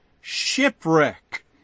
shipwreck